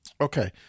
Okay